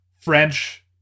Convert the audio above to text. French